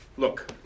Look